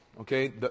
okay